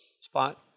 spot